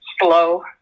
slow